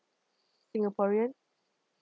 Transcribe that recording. singaporean